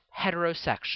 heterosexual